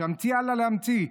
שימשיך הלאה להמציא.